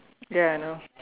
ya I know